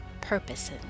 purposes